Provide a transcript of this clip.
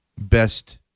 best